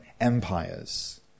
empires